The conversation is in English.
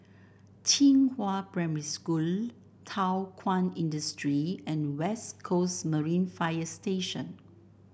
Qihua Primary School Thow Kwang Industry and West Coast Marine Fire Station